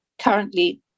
currently